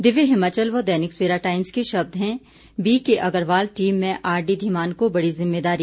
दिव्य हिमाचल व दैनिक सवेरा टाइम्स के शब्द हैं बीके अग्रवाल टीम में आरडी धीमान को बड़ी जिम्मेदारी